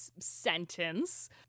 sentence